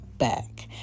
back